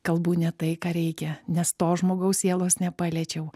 kalbu ne tai ką reikia nes to žmogaus sielos nepaliečiau